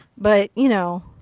but, you know,